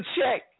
check